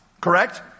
correct